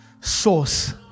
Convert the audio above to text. source